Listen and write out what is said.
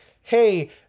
hey